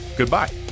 goodbye